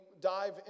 dive